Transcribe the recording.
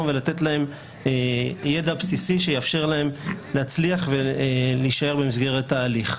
ולתת להם ידע בסיסי שיאפשר להם להצליח ולהישאר במסגרת ההליך.